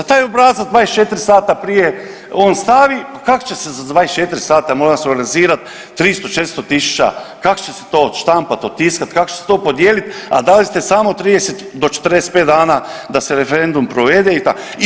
Taj obrazac 24 sata prije on stavi, kak će se za 24 sata, mora se organizirati 300, 400 tisuća, kako će se to odštampati, otiskati, kako će se to podijeliti, a dali ste samo od 30 do 45 dana da se referendum provede, i tak.